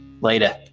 Later